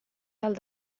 alt